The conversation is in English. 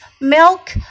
milk